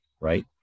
right